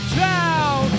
town